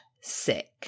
sick